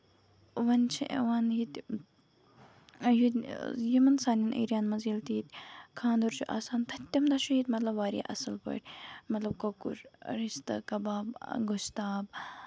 وۄنۍ چھِ یِوان ییٚتہِ یِمن سانین ایریاہَن منٛز ییٚلہِ تہِ ییٚتہِ خاندر چھُ آسان تمہِ دۄہ چھُ ییٚتہِ واریاہ اَصٕل پٲٹھۍ مطلب کۄکُر رِستہٕ کَباب گۄشتاب